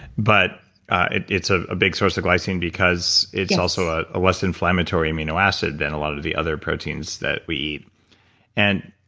but and it's ah a big source of glycine because it's also ah a less inflammatory amino acid than a lot of the other proteins that we eat and,